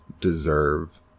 deserve